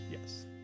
yes